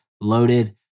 loaded